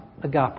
agape